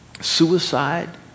suicide